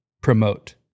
promote